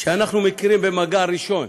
שאנחנו מכירים, במגע ראשון,